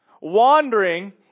wandering